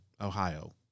Ohio